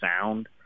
sound